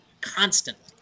constantly